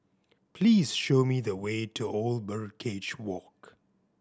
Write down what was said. please show me the way to Old Birdcage Walk